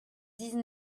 dix